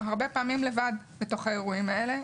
המשטרה נמצאת הרבה פעמים לבד בתוך האירועים האלה.